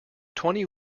twenty